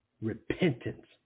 repentance